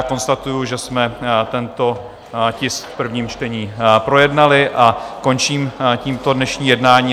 Konstatuji, že jsme tento tisk v prvním čtení projednali, a končím tímto dnešní jednání.